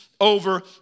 over